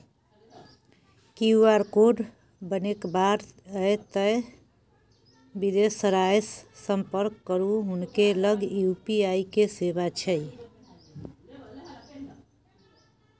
QR code बनेबाक यै तए बिदेसरासँ संपर्क करू हुनके लग यू.पी.आई के सेवा छै